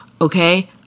Okay